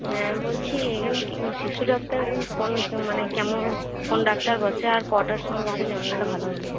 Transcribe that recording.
হ্যাঁ বলছি এখানে কি শিশু ডাক্তার কোন মানে কেমন কোন ডাক্তার বসে আর কটার সময় বসে জানালে ভালো হতো